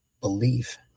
Believe